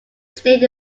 stayed